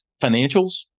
financials